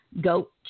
goat